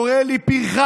קורא לי פרחח,